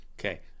Okay